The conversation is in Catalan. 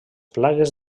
plagues